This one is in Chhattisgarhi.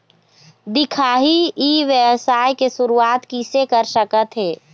दिखाही ई व्यवसाय के शुरुआत किसे कर सकत हे?